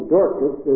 Dorcas